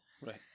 Right